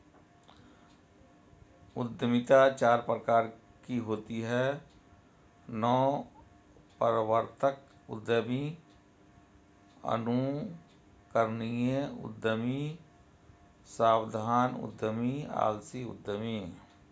उद्यमिता चार प्रकार की होती है नवप्रवर्तक उद्यमी, अनुकरणीय उद्यमी, सावधान उद्यमी, आलसी उद्यमी